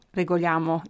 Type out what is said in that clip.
regoliamo